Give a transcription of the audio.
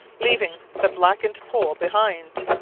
leaving the blackened pole behind.